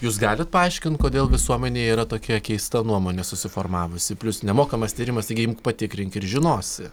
jūs galit paaiškint kodėl visuomenėj yra tokia keista nuomonė susiformavusi plius nemokamas tyrimas taigi imk patikrink ir žinosi